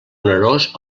onerós